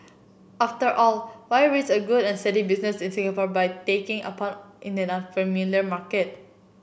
after all why risk a good and steady business in Singapore by taking a punt in an unfamiliar market